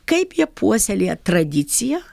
kaip jie puoselėja tradiciją